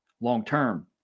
long-term